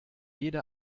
jede